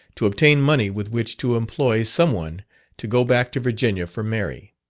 to obtain money with which to employ some one to go back to virginia for mary.